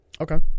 Okay